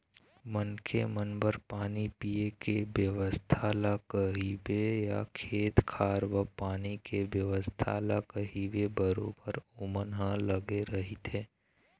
मनखे मन बर पानी पीए के बेवस्था ल कहिबे या खेत खार बर पानी के बेवस्था ल कहिबे बरोबर ओमन ह लगे रहिथे